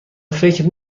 فکر